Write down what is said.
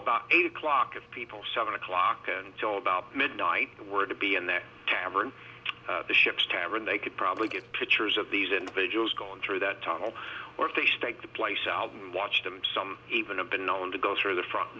about eight o'clock of people seven o'clock until about midnight the word to be in that tavern the ship's tavern they could probably get pictures of these individuals going through that tunnel or they stake the place out and watch them some even have been known to go through the front